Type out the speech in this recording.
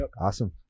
Awesome